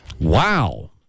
Wow